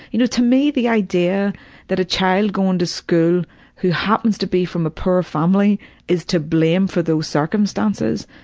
you know, to me the idea that a child going to school who happens to be from a poor family is to blame for those circumstances,